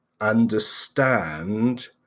understand